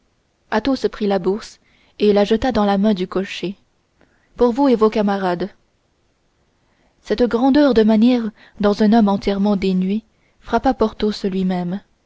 anglais athos prit la bourse et la jeta dans la main du cocher pour vous et vos camarades cette grandeur de manières dans un homme entièrement dénué frappa porthos lui-même